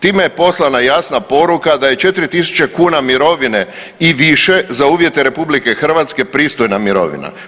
Time je poslana jasna poruka da je 4.000 kuna mirovine i više za uvjete RH pristojna mirovina.